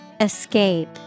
Escape